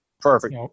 Perfect